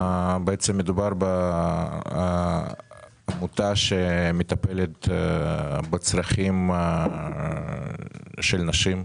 מדובר בעמותה שמטפלת בצרכים של נשים,